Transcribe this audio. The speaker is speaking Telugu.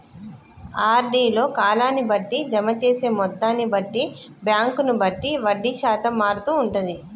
ఆర్డీ లో కాలాన్ని బట్టి, జమ చేసే మొత్తాన్ని బట్టి, బ్యాంకును బట్టి వడ్డీ శాతం మారుతూ ఉంటది